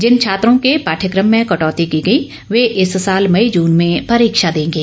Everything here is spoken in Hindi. जिन छात्रों केपाठ्यक्रम में कटौती की गई वे इस साल मई जून में परीक्षा देंगे